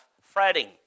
Fretting